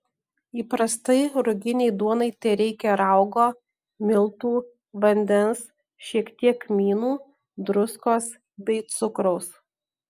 įprastai ruginei duonai tereikia raugo miltų vandens šiek tiek kmynų druskos bei cukraus